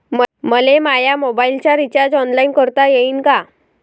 मले माया मोबाईलचा रिचार्ज ऑनलाईन करता येईन का?